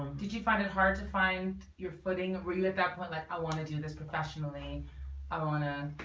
did you find it hard to find your footing were you at that point like i want to do this professionally i wanna.